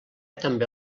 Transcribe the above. també